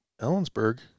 Ellensburg